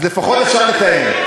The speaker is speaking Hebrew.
אז לפחות אפשר לתאם.